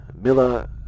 Miller